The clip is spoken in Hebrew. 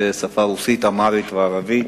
הרוסית, האמהרית והערבית,